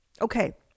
Okay